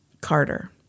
Carter